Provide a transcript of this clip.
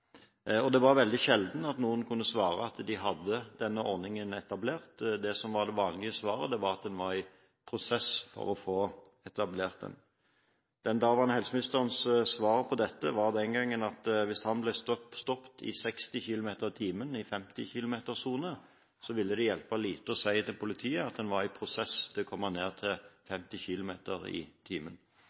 veldig sjelden noen kunne svare at de hadde etablert denne ordningen. Det som var det vanlige svaret, var at man var i prosess med å få etablert den. Den daværende helseministerens svar på dette var den gangen at hvis han ble stoppet i 60 km/t i en 50 km-sone, ville det hjelpe lite å si til politiet at man var i prosess med å komme ned til 50 km/t.